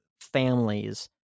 families